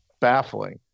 baffling